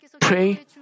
pray